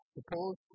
Suppose